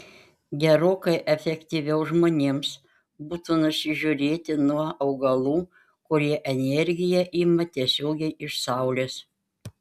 gerokai efektyviau žmonėms būtų nusižiūrėti nuo augalų kurie energiją ima tiesiogiai iš saulės